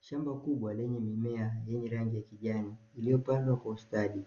Shamba kubwa lenye mime yenye rangi ya kijani, iliyopandwa kwa ustadi